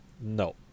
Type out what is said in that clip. No